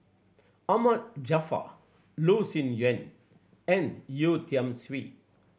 Ahmad Jaafar Loh Sin Yun and Yeo Tiam Siew